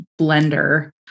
blender